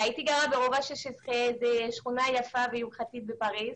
גרתי ברובע ה-16, שכונה יפה ויוקרתית בפריס,